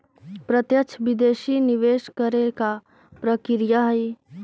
प्रत्यक्ष विदेशी निवेश करे के का प्रक्रिया हइ?